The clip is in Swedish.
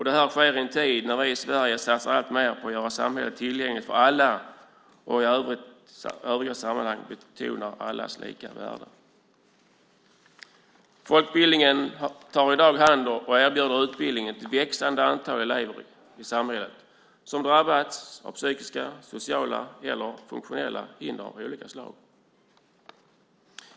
Detta sker i en tid när vi i Sverige satsar alltmer på att göra samhället tillgängligt för alla och i övriga sammanhang betonar allas lika värde. Folkbildningen tar i dag hand om och erbjuder utbildning till ett växande antal elever i samhället som drabbats av psykiska, sociala eller funktionella hinder av olika slag.